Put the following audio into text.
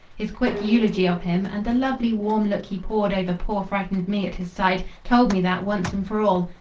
his quick eulogy of him, and the lovely warm look he poured over poor frightened me at his side, told me that once and for all.